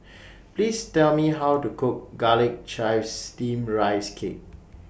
Please Tell Me How to Cook Garlic Chives Steamed Rice Cake